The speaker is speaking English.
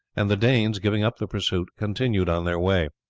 and the danes giving up the pursuit continued on their way.